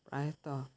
ପ୍ରାୟତଃ